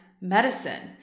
medicine